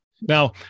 Now